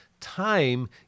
Time